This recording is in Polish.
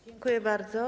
Dziękuję bardzo.